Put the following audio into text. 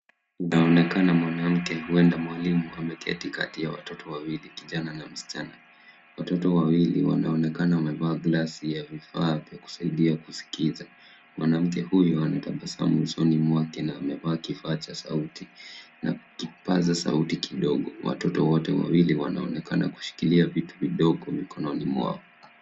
Inaonekana mwanamke huenda mwalimu ameketi kati ya watoto wawili kijana na msichana, watoto wawili wanaonekana wamevaa glasi ya vifaa vya kusaidia kuskiza. Mwanamke huyu anatabasamu usoni mwake na amevaa kifaa cha sauti na kupasa sauti kidogo, watoto wote wawili wanaonekana kushikilia vitu vidogo mikononi mwao.